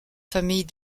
familles